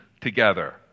together